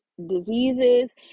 Diseases